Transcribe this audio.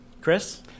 Chris